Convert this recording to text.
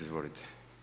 Izvolite.